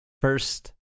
first